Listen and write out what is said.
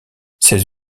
ces